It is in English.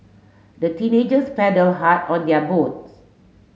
the teenagers paddled hard on their boats